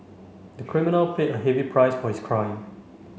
the criminal paid a heavy price for his crime